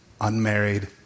Unmarried